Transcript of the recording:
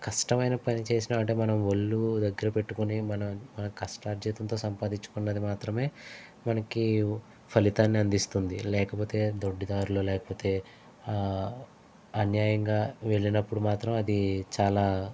కష్టమైన పని చేసినమంటే అంటే మనం ఒళ్ళు దగ్గర పెట్టుకుని మనం మన కష్టార్జితంతో సంపాదించుకున్నది మాత్రమే మనకి ఫలితాన్ని అందిస్తుంది లేకపోతే దొడ్డిదారిలో లేకపోతే అన్యాయంగా వెళ్ళినప్పుడు మాత్రం అది చాలా